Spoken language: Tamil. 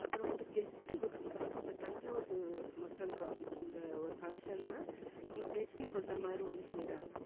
அப்புறம் வந்து கெட்டி உருண்டை இந்த தஞ்சாவூர் மக்களுக்கு இந்த ஒரு ஃபங்க்ஷன்னால் அவங்க கெட்டி உருண்டை மாதிரி ஒன்று செய்கிறாங்க